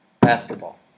basketball